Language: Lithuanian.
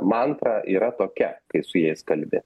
mantra yra tokia kai su jais kalbi